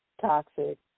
toxic